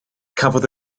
cafodd